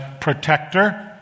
protector